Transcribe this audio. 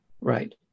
Right